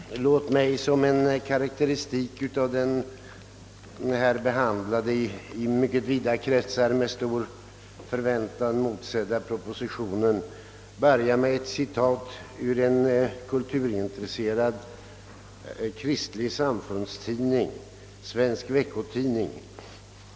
Herr talman! Låt mig som en karakteristik av den i mycket vida kretsar med stor förväntan motsedda proposition som nu skall behandlas börja med ett citat ur en kulturintresserad kristlig samfundstidning, Svensk Vecko-Tidning.